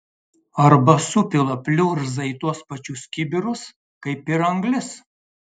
arba supila pliurzą į tuos pačius kibirus kaip ir anglis